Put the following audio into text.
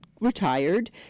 retired